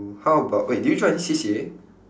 how about wait did you join any C_C_A